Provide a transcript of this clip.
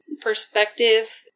perspective